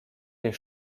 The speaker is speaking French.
les